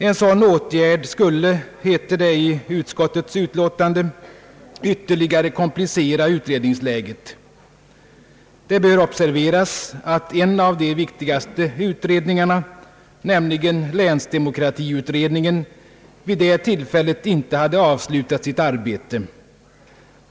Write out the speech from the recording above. »En sådan åtgärd skulle», heter det i utskottets utlåtande, »ytterligare komplicera utredningsläget.» Det bör observeras att en av de viktigaste utredningarna, nämligen länsdemokratiutredningen, vid det tillfället inte hade avslutat sitt arbete.